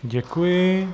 Děkuji.